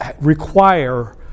require